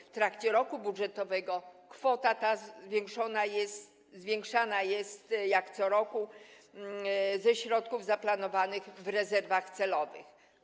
W trakcie roku budżetowego kwota ta zwiększana jest, jak co roku, ze środków zaplanowanych w rezerwach celowych.